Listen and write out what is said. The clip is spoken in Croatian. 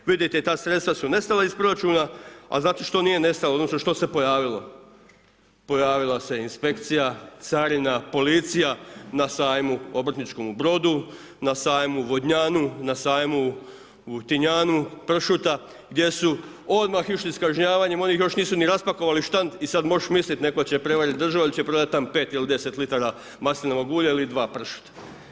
Vidite ta sredstva su nestala iz Proračuna a znate što nije nestalo, odnosno što se pojavilo, pojavila se inspekcija, carina, policija na sajmu obrtničkom u Brodu, na sajmu u Vodnjanu, na sajmu u Tinjanu pršuta gdje su odmah išli s kažnjavanjem, oni još nisu raspakovali štand i sad moš mislit netko će prevarit državu jer će prodat tamo 5 ili 10 litara maslinova ulja ili 2 pršuta.